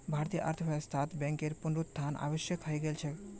भारतीय अर्थव्यवस्थात बैंकेर पुनरुत्थान आवश्यक हइ गेल छ